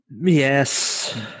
yes